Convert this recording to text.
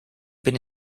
been